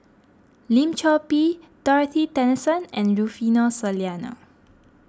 Lim Chor Pee Dorothy Tessensohn and Rufino Soliano